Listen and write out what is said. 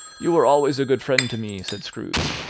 you were always a good friend to me, said scrooge.